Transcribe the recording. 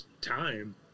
time